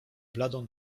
bladą